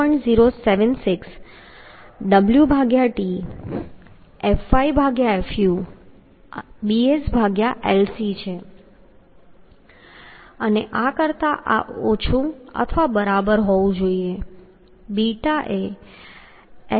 076 છે અને આ કરતા ઓછું અથવા બરાબર હોવું જોઈએ